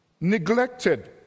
neglected